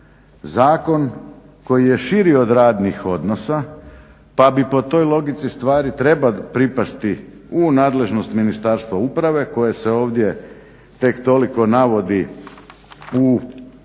zakon koji je širi od radnih odnosa pa bi po toj logici stvari trebali pripasti u nadležnost Ministarstva uprave koje se ovdje tek toliko navodi u onim